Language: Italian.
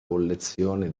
collezione